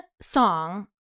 song